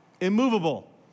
immovable